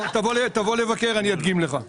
תבוא לבקר, אני אדגים לך.